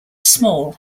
small